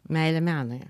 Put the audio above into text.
meilė menui